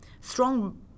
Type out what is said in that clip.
strong